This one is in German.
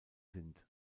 sind